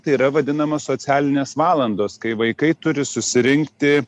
tai yra vadinama socialinės valandos kai vaikai turi susirinkti